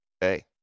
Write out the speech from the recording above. hey